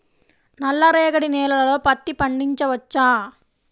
నల్ల రేగడి నేలలో పత్తి పండించవచ్చా?